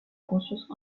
conscience